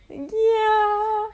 ya